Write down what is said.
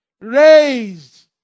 Raised